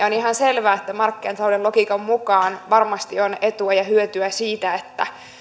on ihan selvä että markkinatalouden logiikan mukaan varmasti on etua ja hyötyä siitä että